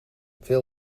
veel